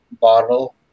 bottle